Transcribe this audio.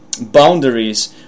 boundaries